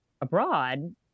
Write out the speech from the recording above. abroad